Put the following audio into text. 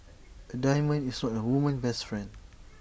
A diamond is not A woman's best friend